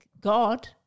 God